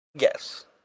Yes